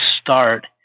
start